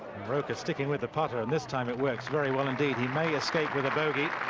rocca sticking with the putter. and this time, it works very well indeed. he may escape with bogey.